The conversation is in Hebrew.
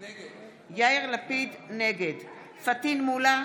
נגד פטין מולא,